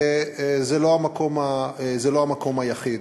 וזה לא המקום היחיד.